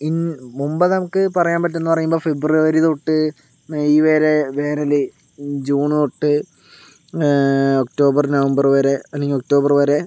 in മുൻപ് നമുക്ക് പറയാൻ പറ്റുമ്പോൾ ഫെബ്രുവരി തൊട്ട് മെയ് വരെ വേനല് ജൂൺ തൊട്ട് ഒക്ടോബർ നവംബർ വരെ അല്ലെങ്കിൽ ഒക്ടോബർ വരെ